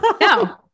no